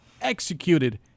executed